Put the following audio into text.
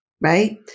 right